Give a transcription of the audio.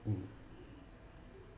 mm